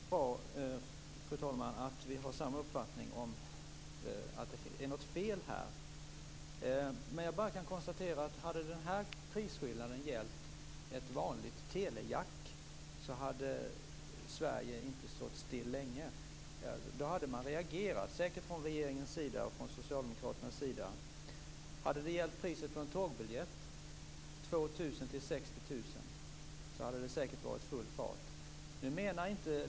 Fru talman! Det är bra att vi har samma uppfattning om att det är något fel här, men jag kan bara konstatera att om den här prisskillnaden hade gällt ett vanligt telejack hade Sverige inte stått stilla länge. Då hade man säkert reagerat från regeringens sida och från socialdemokraternas sida. Om det hade gällt priset på en tågbiljett, med en skillnad mellan 2 000 kr och 60 000 kr, hade det säkert varit full fart.